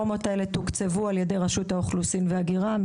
שתוקצבו על ידי רשות האוכלוסין וההגירה,